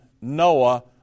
Noah